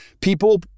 people